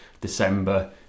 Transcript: December